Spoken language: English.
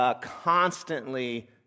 constantly